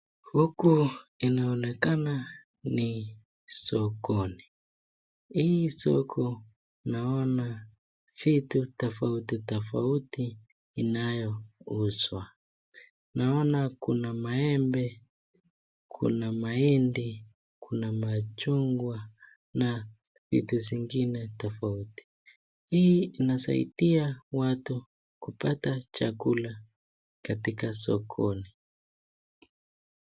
Huku inaonekana ni sokoni, hii soko naona vitu tofauti tofauti inayouzwa, naona kuna maembe, kuna mahindi, kuna machungwa, na vitu zingine tofauti. Hii inasaidia watu kupata chakula katika sokoni.